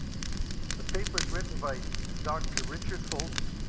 the papers written by dr. richard focus,